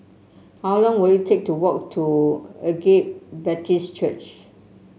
how long will it take to walk to Agape Baptist Church